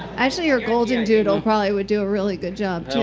actually, your golden doodle and probably would do a really good job,